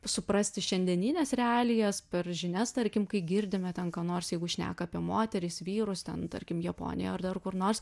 suprasti šiandienines realijas per žinias tarkim kai girdime ten ką nors jeigu šneka apie moteris vyrus ten tarkim japonijoj ar dar kur nors